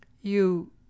You